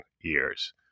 years